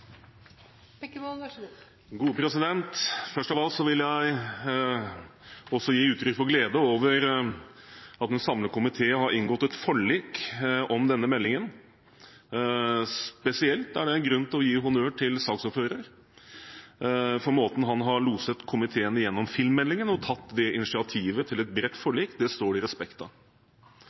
Først av alt vil jeg også gi uttrykk for glede over at en samlet komité har inngått et forlik om denne meldingen. Spesielt er det grunn til å gi honnør til saksordføreren for måten han har loset komiteen gjennom filmmeldingen og tatt initiativet til et bredt forlik på. Det står det respekt av.